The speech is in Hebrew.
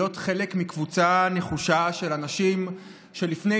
להיות חלק מקבוצה נחושה של אנשים שלפני